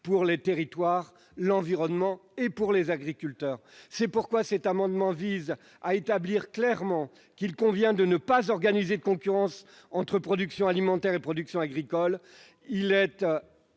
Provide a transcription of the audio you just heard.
pour les territoires, l'environnement et les agriculteurs. C'est pourquoi cet amendement vise à établir clairement qu'il convient de ne pas organiser de concurrence entre production alimentaire et production d'énergie.